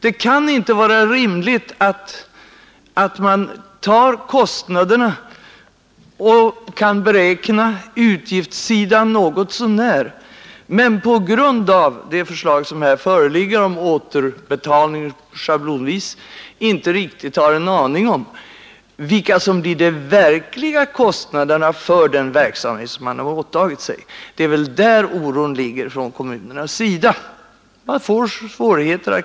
Det kan inte vara rimligt att man tar på sig kostnaderna och kan beräkna utgiftssidan något så när men, på grund av det förslag som här föreligger om inbetalning till lantmäteristyrelsen och återbetalning schablonvis, inte vet vilka de verkliga kostnaderna blir för den verksamhet som man har åtagit sig. Det är väl där kommunernas oro ligger.